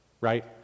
right